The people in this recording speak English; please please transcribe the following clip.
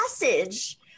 message